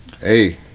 Hey